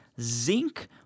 zinc